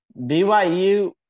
BYU –